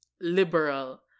liberal